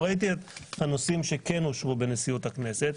ראיתי את הנושאים שכן אושרו בנשיאות הכנסת.